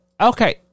Okay